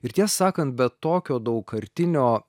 ir tiesą sakant be tokio daugkartinio